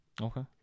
Okay